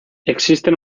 existen